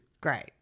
Great